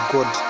God